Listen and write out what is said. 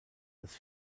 das